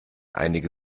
einige